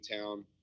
town